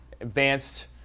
advanced